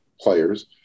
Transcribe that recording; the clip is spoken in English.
players